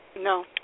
No